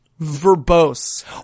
verbose